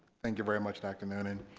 thank you very much dr newnan